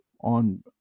on